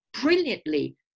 brilliantly